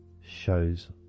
shows